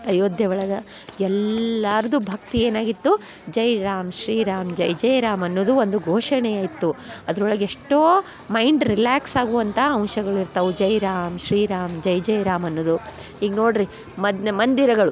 ಅಯೋಧ್ಯೆ ಒಳಗೆ ಎಲ್ಲರ್ದೂ ಭಕ್ತಿ ಏನಾಗಿತ್ತು ಜೈ ರಾಮ್ ಶ್ರೀ ರಾಮ್ ಜೈ ಜೈ ರಾಮ್ ಅನ್ನೋದು ಒಂದು ಘೋಷಣೆಯೇ ಇತ್ತು ಅದ್ರೊಳಗೆ ಎಷ್ಟೋ ಮೈಂಡ್ ರಿಲ್ಯಾಕ್ಸ್ ಆಗುವಂಥ ಅಂಶಗಳಿರ್ತವೆ ಜೈ ರಾಮ್ ಶ್ರೀ ರಾಮ್ ಜೈ ಜೈ ರಾಮ್ ಅನ್ನುವುದು ಈಗ ನೋಡಿರಿ ಮಂದಿರಗಳು